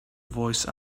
voice